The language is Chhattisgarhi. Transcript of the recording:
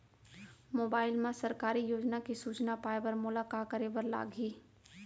मोबाइल मा सरकारी योजना के सूचना पाए बर मोला का करे बर लागही